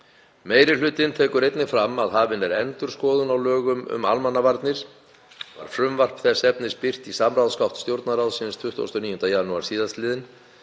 Meiri hlutinn tekur einnig fram að hafin er endurskoðun á lögum um almannavarnir. Var frumvarp þess efnis birt í samráðsgátt Stjórnarráðsins 29. janúar sl.